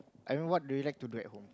I mean what do you like to do at home